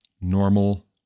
normal